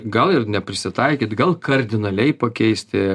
gal ir ne prisitaikyt gal kardinaliai pakeisti